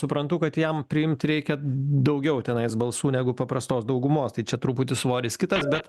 suprantu kad jam priimt reikia daugiau tenais balsų negu paprastos daugumos tai čia truputį svoris kitas bet